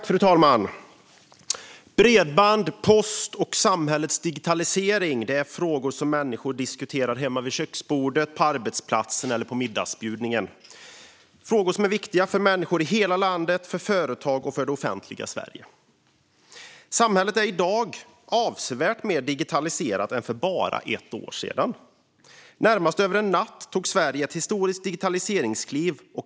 Fru talman! Bredband, post och samhällets digitalisering är frågor som människor diskuterar hemma vid köksbordet, på arbetsplatsen eller på middagsbjudningen. Det är frågor som är viktiga för människor i hela landet, för företag och för det offentliga Sverige. Samhället är i dag avsevärt mer digitaliserat än för bara ett år sedan. Närmast över en natt tog Sverige ett historiskt digitaliseringskliv.